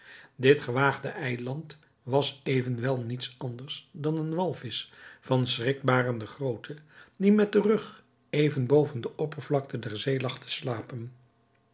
dit gewaande eiland was evenwel niets anders dan een walvisch van schrikbarende grootte die met den rug even boven de oppervlakte der zee lag te slapen